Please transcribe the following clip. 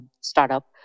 startup